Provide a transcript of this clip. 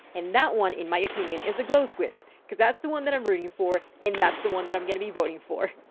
and that one, in my opinion, is the glow squid because that's the one that i'm rooting for and that's the one that i'm going to be voting for.